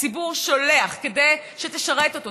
הציבור שולח כדי שתשרת אותו,